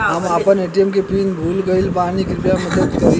हम आपन ए.टी.एम के पीन भूल गइल बानी कृपया मदद करी